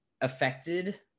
affected